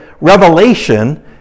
Revelation